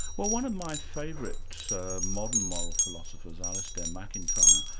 well one of my favourite so modern moral philosophers, alisdair macintyre,